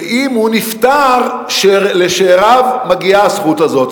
שאם הוא נפטר, לשאיריו מגיעה הזכות הזאת.